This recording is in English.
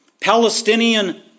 Palestinian